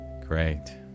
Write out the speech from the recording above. Great